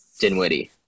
Dinwiddie